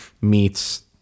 meets